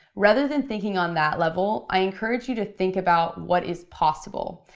rather than thinking on that level, i encourage you to think about what is possible.